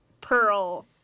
Pearl